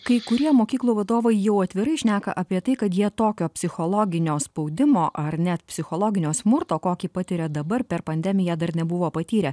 kai kurie mokyklų vadovai jau atvirai šneka apie tai kad jie tokio psichologinio spaudimo ar net psichologinio smurto kokį patiria dabar per pandemiją dar nebuvo patyrę